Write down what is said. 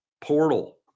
portal